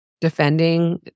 defending